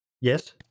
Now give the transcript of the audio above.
Yes